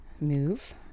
move